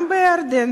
גם בירדן